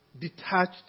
Detached